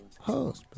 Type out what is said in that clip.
husband